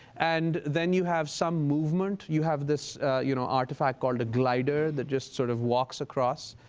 and then you have some movement. you have this you know artifact called a glider that just sort of walks across,